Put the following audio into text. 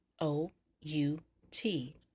O-U-T